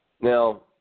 Now